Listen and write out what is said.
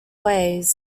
ways